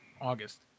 August